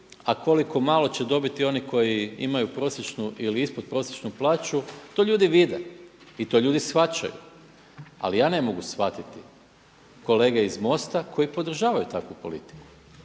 a koliko malo će dobiti oni koji imaju prosječnu ili ispod prosječnu plaću, to ljudi vide i to ljudi shvaćaju. Ali ja ne mogu shvatiti kolega iz MOST-a koji podržavaju takvu politiku.